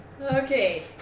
Okay